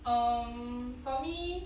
um for me